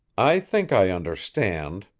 i think i understand,